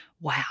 wow